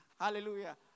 Hallelujah